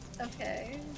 okay